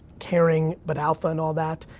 caring, but alpha, and all that,